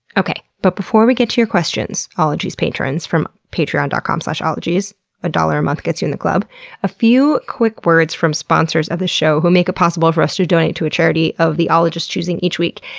okay, but before we get to your questions, ologies patrons from patreon dot com slash ologies a dollar a month gets you in the club a few quick words from sponsors of the show who make it possible for us to donate to a charity of the ologist's choosing each week.